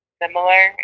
similar